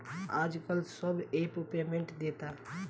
आजकल सब app payment देता